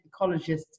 ecologists